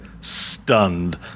stunned